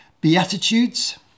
Beatitudes